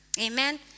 Amen